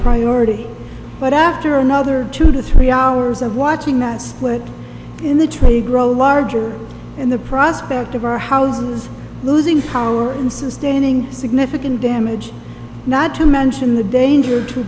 priority but after another two to three hours of watching that split in the tray grow larger and the prospect of our houses losing power and sustaining significant damage not to mention the danger to